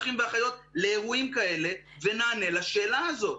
אחים ואחיות לאירועים כאלה ונענה לשאלה הזאת.